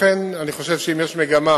לכן, אני חושב שאם יש מגמה,